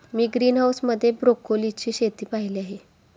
मी greenhouse मध्ये ब्रोकोलीची शेती पाहीली आहे